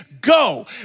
go